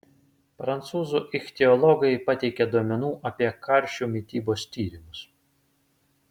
prancūzų ichtiologai pateikė duomenų apie karšių mitybos tyrimus